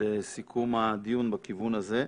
לסיכום הדיון בכיוון הזה.